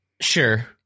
Sure